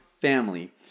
family